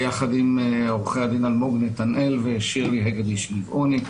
ביחד עם עורכי הדין אלמוג נתנאל ושירלי הגדיש גבעוני.